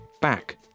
back